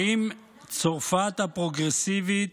האם צרפת הפרוגרסיבית,